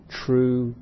true